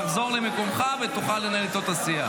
תחזור למקומך ותוכל לנהל איתו את השיח.